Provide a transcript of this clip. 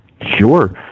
Sure